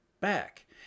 back